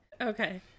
Okay